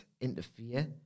interfere